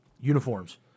Uniforms